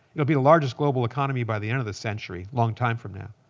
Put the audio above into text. it'll be the largest global economy by the end of this century long time from now.